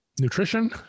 nutrition